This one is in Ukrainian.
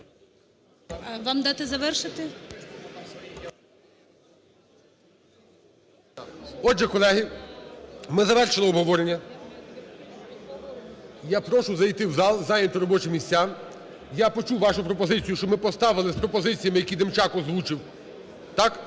Вам дати завершити? ГОЛОВУЮЧИЙ. Отже, колеги, ми завершили обговорення. Я прошу зайти в зал, зайняти робочі місця. Я почув вашу пропозицію, щоб ми поставили з пропозиціями, які Демчак озвучив, так,